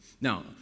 Now